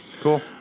Cool